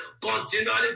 Continually